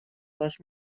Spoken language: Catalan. les